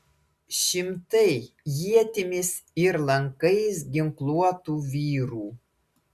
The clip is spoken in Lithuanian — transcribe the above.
šimtai ietimis ir lankais ginkluotų vyrų